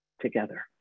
together